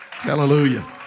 Hallelujah